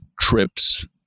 trips